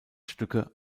stücke